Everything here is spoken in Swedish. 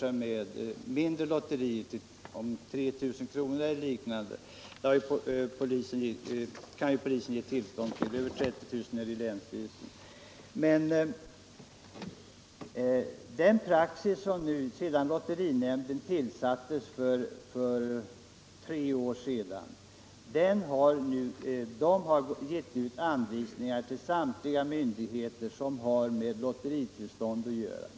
Om insatserna överstiger 30 000 kr. skall tillstånd sökas hos länsstyrelsen. Sedan lotterinämnden tillsattes för tre år sedan har den givit ut anvisningar till samtliga myndigheter som har med lotteritillstånd att göra.